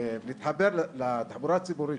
להתחבר לתחבורה הציבורית,